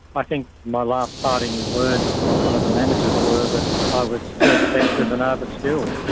i think my last parting words from one of the managers were that i was too expensive and over-skilled,